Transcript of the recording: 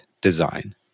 design